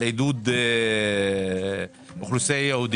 על עידוד אוכלוסייה ייעודית.